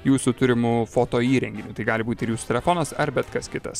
jūsų turimu foto įrenginiu tai gali būti ir jūsų telefonas ar bet kas kitas